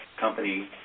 company